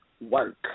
work